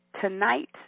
tonight